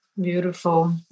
Beautiful